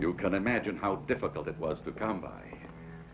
you can imagine how difficult it was to come by